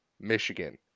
Michigan